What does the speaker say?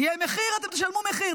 יהיה מחיר, אתם תשלמו מחיר.